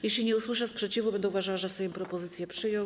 Jeśli nie usłyszę sprzeciwu, będę uważała, że Sejm propozycję przyjął.